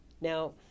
Now